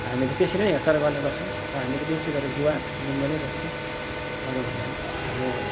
हामीले त्यसरी नै हेरचाह गर्ने गर्छौँ र हामीले विशेष गरी गुवा निम्बू नै रोप्छौँ अरूभन्दा पनि हाम्रो